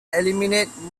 eliminated